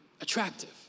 Attractive